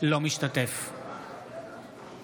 אינו משתתף בהצבעה